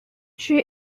she